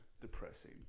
depressing